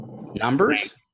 numbers